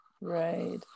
Right